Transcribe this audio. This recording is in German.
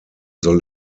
soll